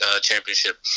Championship